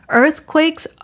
earthquakes